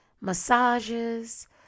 massages